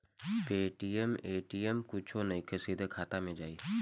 Paytm ATM कुछो नइखे, सीधे खाता मे जाई